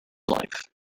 life